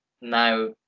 now